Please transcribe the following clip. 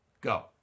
Go